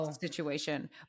situation